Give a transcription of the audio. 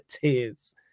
tears